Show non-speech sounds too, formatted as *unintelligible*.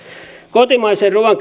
kotimaisen ruuan *unintelligible*